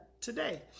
today